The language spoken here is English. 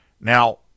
Now